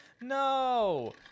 No